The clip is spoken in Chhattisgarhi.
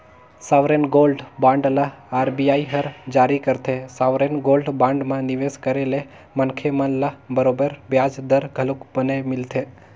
सॉवरेन गोल्ड बांड ल आर.बी.आई हर जारी करथे, सॉवरेन गोल्ड बांड म निवेस करे ले मनखे मन ल बरोबर बियाज दर घलोक बने मिलथे